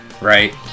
right